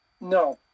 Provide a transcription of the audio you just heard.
no